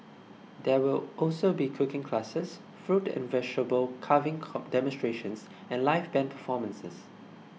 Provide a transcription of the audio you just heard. there will also be cooking classes fruit and vegetable carving demonstrations and live band performances